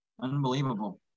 Unbelievable